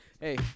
Hey